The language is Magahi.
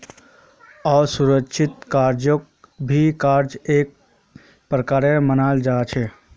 असुरिक्षित कर्जाक भी कर्जार का एक प्रकार मनाल जा छे